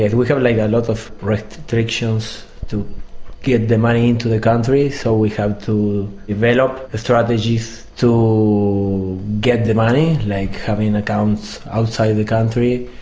we have like a lot of restrictions to get the money into the country, so we have to develop the strategies to get the money, like having accounts outside the country.